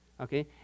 Okay